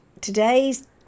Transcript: today's